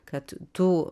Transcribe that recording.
kad tu